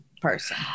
person